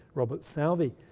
robert salvi,